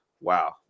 Wow